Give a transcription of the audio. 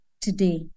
today